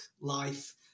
life